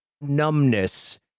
numbness